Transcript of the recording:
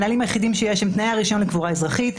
הנהלים היחידים שיש הם תנאי הרישיון לקבורה אזרחית,